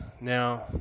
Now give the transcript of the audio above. Now